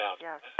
Yes